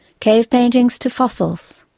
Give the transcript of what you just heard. cave paintings to fossils,